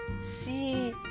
see